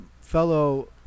fellow